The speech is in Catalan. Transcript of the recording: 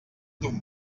ton